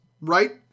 right